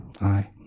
Aye